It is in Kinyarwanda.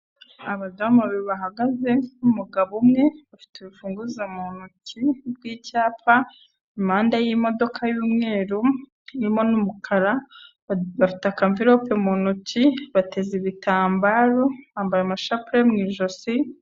Abadamu babiri bahagaze umugabo umwe bafite urufunguzo mu ntoki rw'icyapa impande y'imodoka y'umweru harimo n'umukara bafite akamvirope mu ntoki bateze ibitambaro bambaye amashapuure mu ijosi.